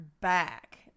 back